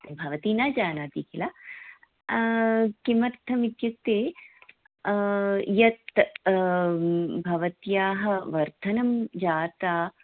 भवती न जानाति किल किमर्थम् इत्युक्ते यत् भवत्याः वर्धनं जाता